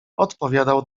odpowiadał